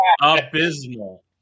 Abysmal